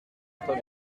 très